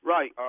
Right